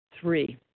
Three